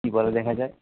কী বলে দেখা যাক